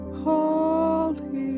holy